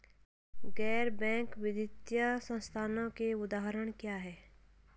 गैर बैंक वित्तीय संस्थानों के उदाहरण क्या हैं?